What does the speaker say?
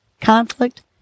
conflict